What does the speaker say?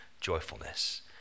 joyfulness